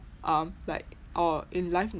um like oh in life